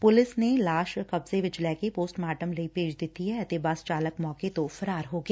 police ਨੇ ਲਾਸ਼ ਕਬਜ਼ੇ ਵਿਚ ਲੈ ਕੇ ਪੋਸਟ ਮਾਰਟਮ ਲਈ ਭੇਜ ਦਿੱਡੀ ਐ ਅਤੇ ਬੱਸ ਚਾਲਕ ਮੌਕੇ ਤੋ ਫਰਾਰ ਹੋ ਗਿਆ